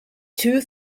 two